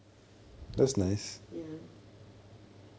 ya